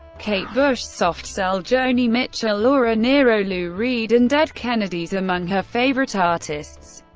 kate bush, soft cell, joni mitchell, laura nyro, lou reed, and dead kennedys among her favorite artists,